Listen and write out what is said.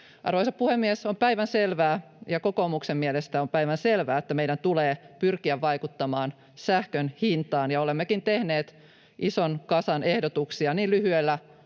Arvoisa puhemies! On päivänselvää, ja kokoomuksen mielestä on päivänselvää, että meidän tulee pyrkiä vaikuttamaan sähkön hintaan. Olemmekin tehneet niin lyhyellä